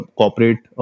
corporate